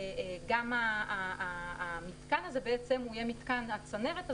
גם הצנרת הזאת,